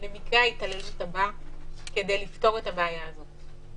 למקרה ההתעללות הבא כדי לפתור את הבעיה הזאת.